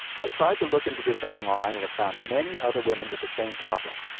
i tried to look into this online and found many other women with the same problem.